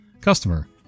Customer